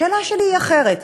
השאלה שלי היא אחרת: